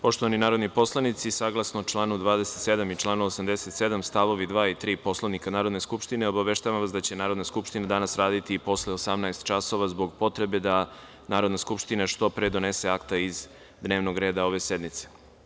Poštovani narodni poslanici, saglasno članu 27. i članu 87. stavovi 2. i 3. Poslovnika Narodne skupštine, obaveštavam vas da će Narodna skupština danas raditi i posle 18 časova zbog potrebe da Narodna skupštine što pre donese akta iz dnevnog reda ove sednice.